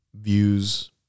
views